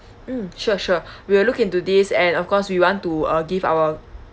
mm sure sure we will look into this and of course we want to uh give our